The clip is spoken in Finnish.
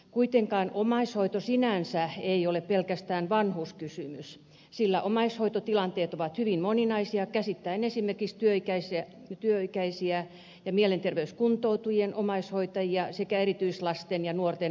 kuitenkaan omaishoito sinänsä ei ole pelkästään vanhuuskysymys sillä omaishoitotilanteet ovat hyvin moninaisia käsittäen esimerkiksi työikäisten ja mielenterveyskuntoutujien omaishoitajia sekä erityislasten ja nuorten vanhempia